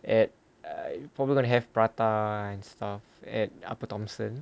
and I probably gonna have prata and stuff at upper thomson